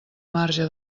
marge